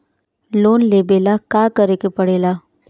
Loan लेबे ला का करे के पड़े ला?